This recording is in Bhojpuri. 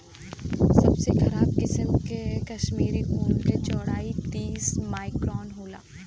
सबसे खराब किसिम के कश्मीरी ऊन क चौड़ाई तीस माइक्रोन होला